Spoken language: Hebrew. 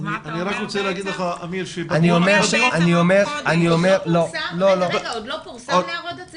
זה עוד לא פורסם להערות הציבור?